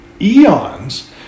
eons